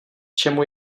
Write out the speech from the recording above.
čemu